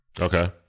Okay